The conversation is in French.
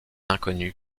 inconnu